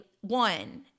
one